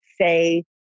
say